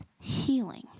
healing